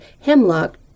hemlock